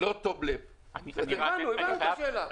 לא תום לב --- הבנו, הבנו את השאלה.